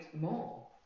more